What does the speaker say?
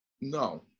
no